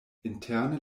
interne